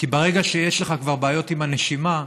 כי ברגע שיש לך כבר בעיות עם הנשימה,